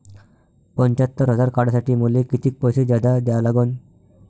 पंच्यात्तर हजार काढासाठी मले कितीक पैसे जादा द्या लागन?